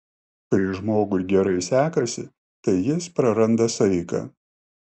kai žmogui gerai sekasi tai jis praranda saiką